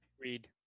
Read